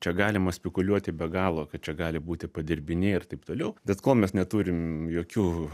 čia galima spekuliuoti be galo kad čia gali būti padirbiniai ir taip toliau bet kol mes neturim jokių